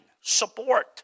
support